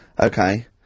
Okay